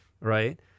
right